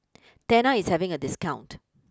Tena is having a discount